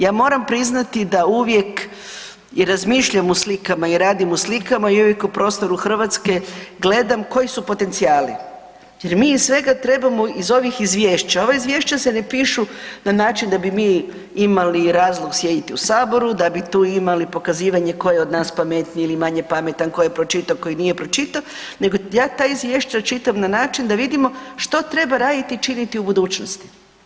Ja moram priznati da uvijek i razmišljam u slikama i radim u slikama i uvijek u prostoru Hrvatske gledam koji su potencijali jer mi iz svega trebamo, iz ovih izvješća, ova izvješća se ne pišu na način da bi mi imali razlog sjediti u Saboru, da bi tu imali pokazivanje tko je od nas pametniji ili manje pametan, tko je pročitao, koji nije pročitao, nego ja ta izvješća čitam na način da vidimo što treba raditi i činiti u budućnosti.